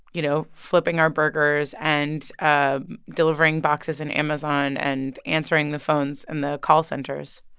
you know, flipping our burgers and ah delivering boxes in amazon and answering the phones in the call centers?